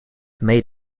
made